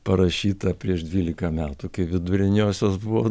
parašyta prieš dvylika metų kai viduriniosios buvo